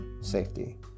safety